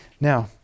Now